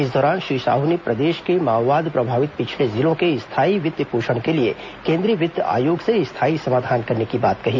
इस दौरान श्री साहू ने प्रदेश के माओवाद प्रभावित पिछड़े जिलों के स्थायी वित्त पोषण के लिए केंद्रीय वित्त आयोग से स्थायी समाधान करने की बात कही